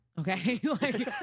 Okay